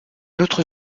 autre